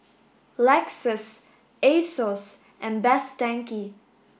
Lexus Asos and Best Denki